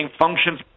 functions